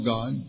God